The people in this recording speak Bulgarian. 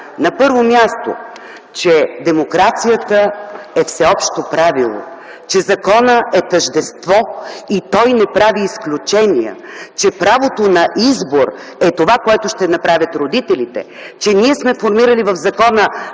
на първо място, че демокрацията е всеобщо правило, че законът е тъждество и то не прави изключение, че правото на избор е това, което ще направят родителите, че ние сме формирали в закона